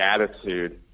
attitude